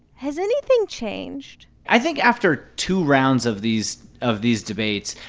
has anything changed? i think after two rounds of these of these debates,